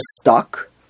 stuck